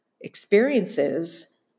experiences